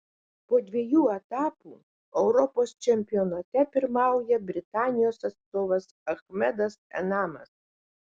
po dviejų etapų europos čempionate pirmauja britanijos atstovas achmedas enamas